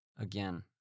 again